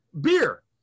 beer